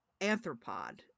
anthropod